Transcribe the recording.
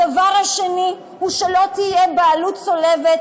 הדבר השני הוא שלא תהיה בעלות צולבת